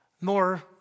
more